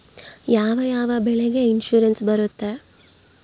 ಯಾವ ಯಾವ ಬೆಳೆಗೆ ಇನ್ಸುರೆನ್ಸ್ ಬರುತ್ತೆ?